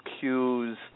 cues